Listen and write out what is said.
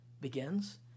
begins